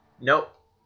Nope